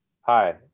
Hi